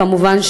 כמובן,